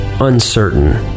uncertain